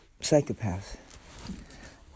psychopath